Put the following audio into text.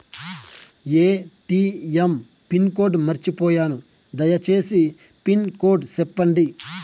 ATM pin code మర్చిపోయాను పోయాను దయసేసి పిన్ కోడ్ సెప్పండి?